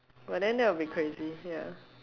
but then that will be crazy ya